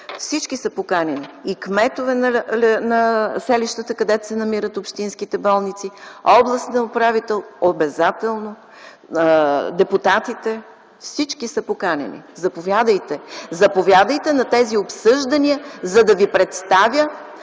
Всички са поканени – кметовете на селищата, където се намират общинските болници, областният управител – обезателно, депутатите, всички са поканени. Заповядайте на тези обсъждания, за да Ви представя